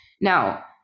now